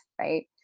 right